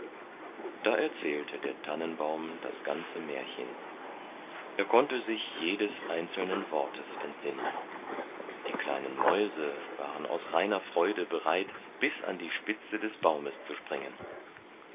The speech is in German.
da erzählte der tannenbaum das ganze märchen er konnte sich jedes einzelnen wortes entsinnen die kleinen mäuse waren aus reiner freude bereit bis an die spitze des baumes zu springen